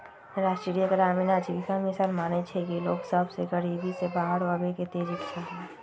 राष्ट्रीय ग्रामीण आजीविका मिशन मानइ छइ कि लोग सभ में गरीबी से बाहर आबेके तेज इच्छा हइ